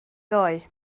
ddoe